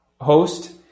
host